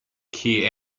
key